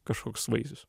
kažkoks vaisius